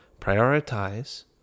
prioritize